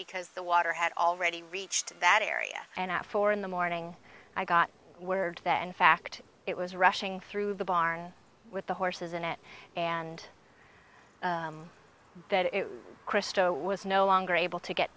because the water had already reached that area and our four in the morning i got word that in fact it was rushing through the barn with the horses in it and that christo was no longer able to get